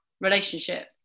relationship